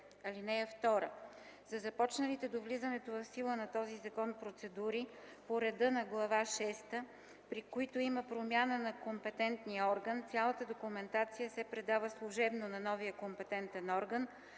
ред. (2) За започналите до влизането в сила на този закон процедури по реда на Глава шеста, при които има промяна на компетентния орган, цялата документация се предава служебно на новия компетентен орган